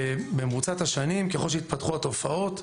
במרוצת השנים, ככל שהתפתחו התופעות,